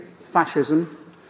fascism